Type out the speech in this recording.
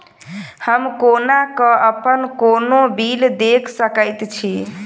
हम कोना कऽ अप्पन कोनो बिल देख सकैत छी?